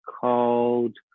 called